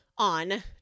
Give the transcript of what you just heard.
On